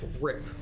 rip